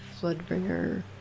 Floodbringer